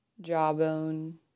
jawbone